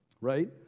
right